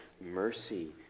mercy